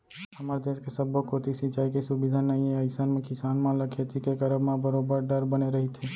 हमर देस के सब्बो कोती सिंचाई के सुबिधा नइ ए अइसन म किसान मन ल खेती के करब म बरोबर डर बने रहिथे